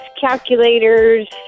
calculators